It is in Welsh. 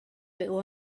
byw